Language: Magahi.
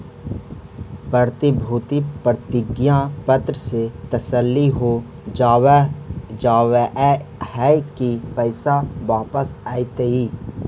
प्रतिभूति प्रतिज्ञा पत्र से तसल्ली हो जावअ हई की पैसा वापस अइतइ